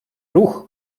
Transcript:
ruch